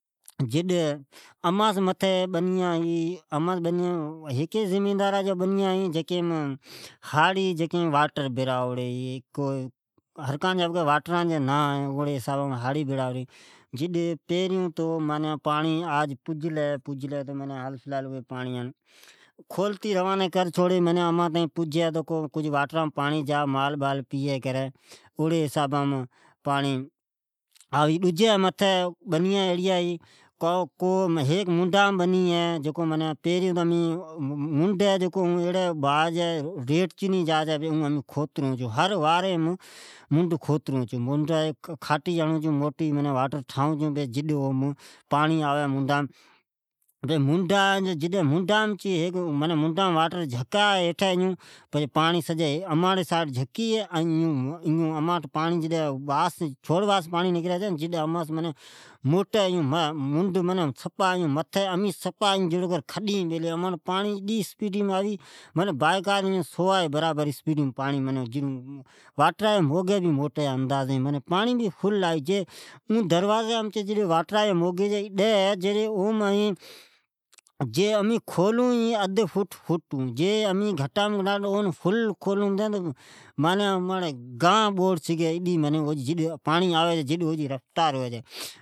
امان سی اتھے ھاڑی ھی ، ھیکی زمیدار جی ھاڑ ی پر واتر برائوڑی ھے ، ازو حساباس ھاڑ بھے برائوڑی ھے ،ھلی تو اوی پانڑی اماٹھ پجی یا مال ڈجا پئی اوڑی حساباس کھلتے چھوڑ ڈئی چھے، ڈجی تو منڈم بنیا ھے پر امین ھر واری امین اون منڈ کھترون چھون کا تو او ریٹنجنی جا چھے منڈان ھیک بنی ھے ۔ جڈ چھوڑ باھس پانڑی نکری تو امین جھکی ھون پر منڈ متھی ھی ،جیڑی امین جگڈی مین بیلی ھون ، اوس کرتے پانڑی ادی اسپیڈ مین آوی پنڑی بی فل ھی ، پر امین امچے جکو واٹرا جی دروازی ھی اون این کھلو ھی اد فٹ چھون ۔ جیکڈھن اون فل کھولون تو امچے گاء بوڑ چھوڑی